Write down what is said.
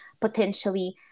potentially